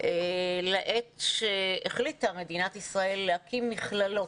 לעת שהחליטה מדינת ישראל להקים מכללות.